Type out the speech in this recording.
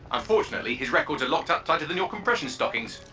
unfortunately, his records are locked up tighter than your compression stockings.